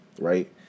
right